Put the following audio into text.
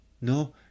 No